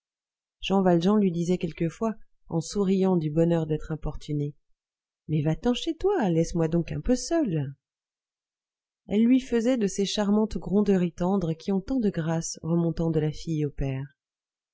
lui disait quelquefois en souriant du bonheur d'être importuné mais va-t'en chez toi laisse-moi donc un peu seul elle lui faisait de ces charmantes gronderies tendres qui ont tant de grâce remontant de la fille au père